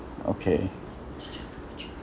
okay